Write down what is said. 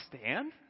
stand